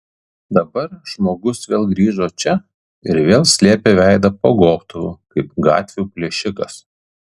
dabar žmogus vėl grįžo čia ir vėl slėpė veidą po gobtuvu kaip gatvių plėšikas